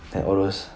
like all those